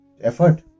effort